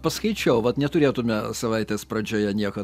paskaičiau vat neturėtume savaitės pradžioje nieko